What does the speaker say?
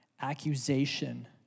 accusation